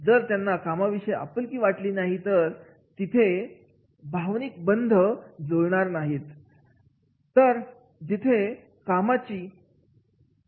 जर त्यांना कामाविषयी आपुलकी वाटली नाही तर तिथे इमोशनल कनेक्ट असू शकत नाही